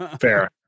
Fair